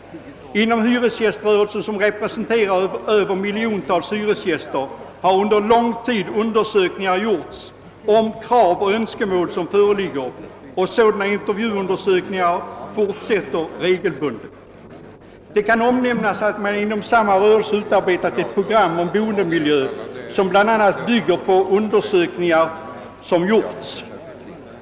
Inom hyresgäströrelsen, som representerar miljontals hyresgäster, har under lång tid undersökningar gjorts om krav och önskemål som föreligger, och sådana intervjuundersökningar fortsätter regelbundet. Det kan omnämnas att man inom samma rörelse utarbetat ett program om boendemiljö, som bl.a. bygger på de undersökningar som gjorts.